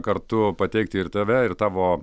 kartu pateikti ir tave ir tavo